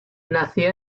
nació